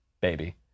baby